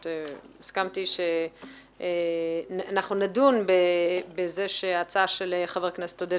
והסכמתי שנדון בהצעה של חבר הכנסת עודד